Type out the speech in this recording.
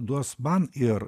duos man ir